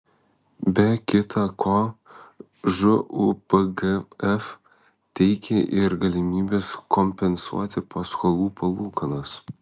be kita ko žūpgf teikia ir galimybes kompensuoti paskolų palūkanas